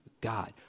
God